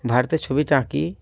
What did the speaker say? ভারতের ছবিটা আঁকি